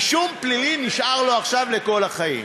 רישום פלילי נשאר לו עכשיו לכל החיים.